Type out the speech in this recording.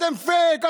אתם פייק,